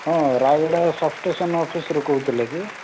ହଁ Rayagada sub station ଅଫିସ୍ରୁ କହୁଥିଲେ କି